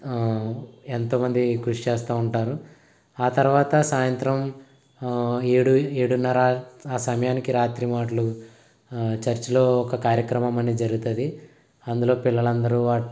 ఎంతమంది కృషి చేస్తూ ఉంటారు ఆ తర్వాత సాయంత్రం ఏడు ఏడున్నర ఆ సమయానికి రాత్రి మాటలు చర్చిలో ఒక కార్యక్రమం అని జరుగుతుంది అందులో పిల్లలందరూ